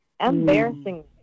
embarrassing